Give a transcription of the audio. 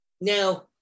now